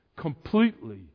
completely